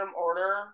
order